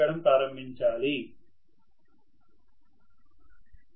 professor మరియు విద్యార్థి మధ్య సంభాషణ ముగుస్తుంది